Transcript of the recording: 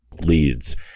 leads